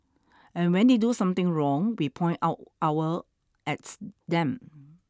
and when they do something wrong we point out our at them